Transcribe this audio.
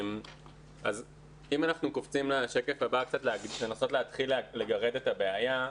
אם אנחנו קופצים לשקף הבא קצת לנסות להתחיל לגרד את הבעיה,